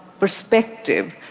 perspective.